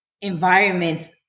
environments